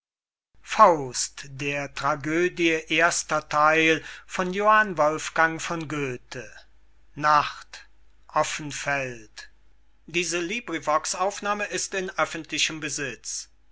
sprechen der tragödie erster